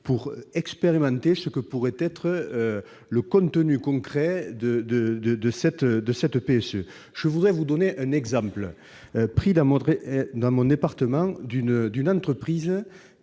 pour expérimenter ce que pourrait être le contenu concret de cette prestation. Je voudrais vous donner un exemple pris dans mon département. Une entreprise,